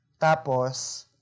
tapos